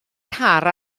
car